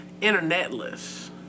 internetless